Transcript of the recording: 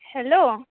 hello